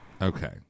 Okay